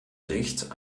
sicht